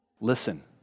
Listen